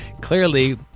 clearly